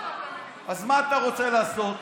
אז מה אתה רוצה לעשות,